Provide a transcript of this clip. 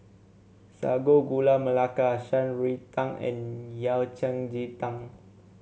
Sago Gula Melaka Shan Rui Tang and Yao Cai Ji Tang